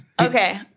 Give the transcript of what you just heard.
Okay